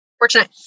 fortunate